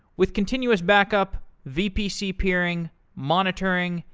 with continuous back-up, vpc peering, monitoring,